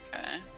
Okay